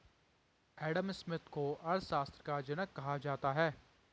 Adam Smith को अर्थशास्त्र का जनक कहा जाता है